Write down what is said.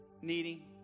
needing